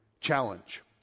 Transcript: challenge